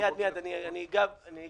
מייד, מייד אני אגע אחורה.